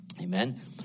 Amen